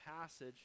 passage